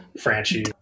Franchi